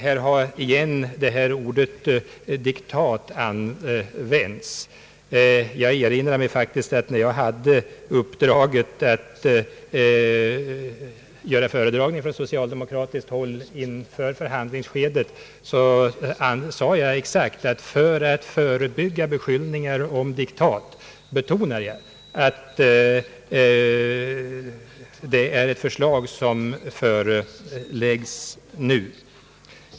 Här har åter ordet diktat använts. Jag erinrar mig faktiskt att när jag hade uppdraget att föredraga socialdemokraternas ståndpunkter inför förhandlingsskedet sade jag exakt, att för att förebygga beskyllningar om diktat betonade jag att det var ett förslag som förelades.